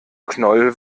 knoll